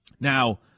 Now